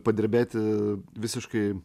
padirbėti visiškai